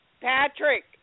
Patrick